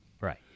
Right